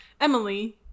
Emily